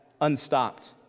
unstopped